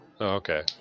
Okay